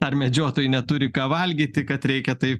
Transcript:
ar medžiotojai neturi ką valgyti kad reikia taip